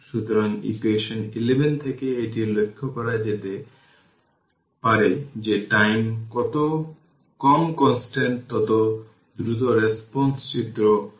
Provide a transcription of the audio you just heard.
সুতরাং ইকুয়েশন 11 থেকে এটি লক্ষ্য করা যায় যে টাইম যত কম কনস্ট্যান্ট তত দ্রুত রেসপন্স চিত্র 4 এ দেখানো হয়েছে